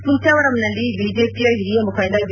ಕುಂಚಾವರಂನಲ್ಲಿ BJP ಹಿರಿಯ ಮುಖಂಡ V